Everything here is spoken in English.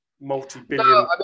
multi-billion